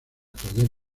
talleres